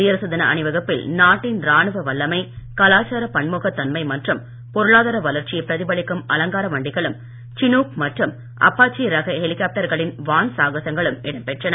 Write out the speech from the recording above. குடியரசுத் தின அணிவகுப்பில் நாட்டின் ராணுவ வல்லமை கலாச்சார பன்முகத் தன்மை மற்றம் பொருளாதார வளர்ச்சியை பிரதிபலிக்கும் அலங்கார வண்டிகளும் சினூக் மற்றும் அப்பாச்சி ரக ஹெலிகாப்டர்களின் வான் சாகசங்களும் இடம் பெற்றன